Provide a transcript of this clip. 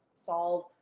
solve